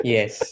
Yes